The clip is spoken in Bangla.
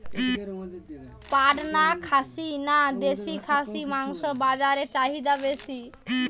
পাটনা খাসি না দেশী খাসির মাংস বাজারে চাহিদা বেশি?